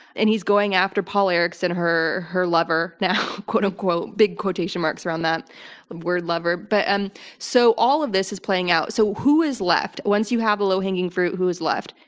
and he's going after paul erickson her her lover, now, quote-unquote big quotation marks around that word lover. but and so all of this is playing out. so, who is left? once you have a low hanging fruit, who is left?